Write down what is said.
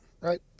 right